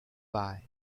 buy